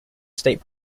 state